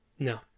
no